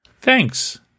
Thanks